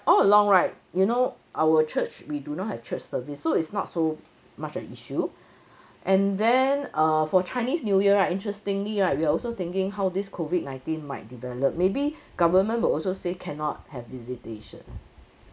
all along right you know our church we do not have church service so it's not so much a issue and then err for chinese new year right interestingly right we're also thinking how this COVID nineteen might develop maybe government will also say cannot have visitation